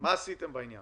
מה עשיתם בעניין.